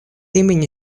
имени